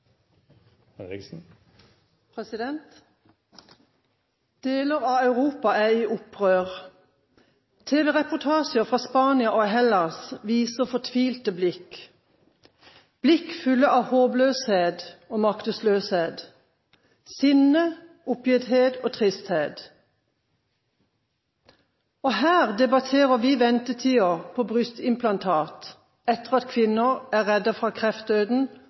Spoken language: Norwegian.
i opprør. Tv-reportasjer fra Spania og Hellas viser fortvilte blikk – blikk fulle av håpløshet og maktesløshet, sinne, oppgitthet og tristhet. Her debatterer vi ventetider for brystimplantat etter at kvinner er reddet fra